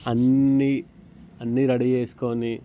అన్నీ అన్నీ రెడీ చేసుకుని